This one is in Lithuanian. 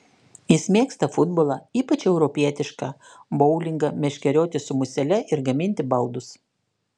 jis mėgsta futbolą ypač europietišką boulingą meškerioti su musele ir gaminti baldus